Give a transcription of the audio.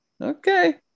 Okay